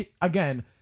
again